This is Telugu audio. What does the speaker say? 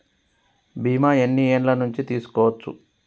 బీమా ఎన్ని ఏండ్ల నుండి తీసుకోవచ్చు?